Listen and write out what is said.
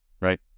Right